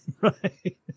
Right